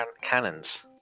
cannons